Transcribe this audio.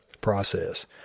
process